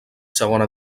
segona